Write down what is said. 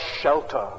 shelter